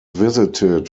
visited